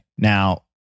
Now